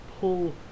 pull